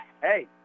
hey